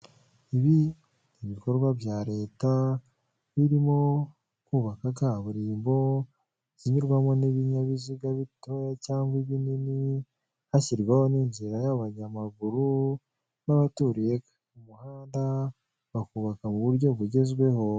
Ibi ni ibikorwa bya leta, birimo kubaka kaburimbo zinyurwamo n'ibinyabiziga bitoya cyangwa ibinini, hashyirwaho n'inzira y'abanyamaguru n'abaturiye ku muhanda bakubaka mu buryo bugezweho.